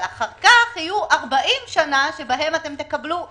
אבל אחרי כך יהיו 40 שנה שבהן תקבלו תוספת.